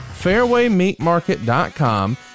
fairwaymeatmarket.com